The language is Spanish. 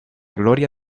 gloria